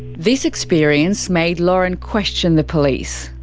this experience made lauren question the police.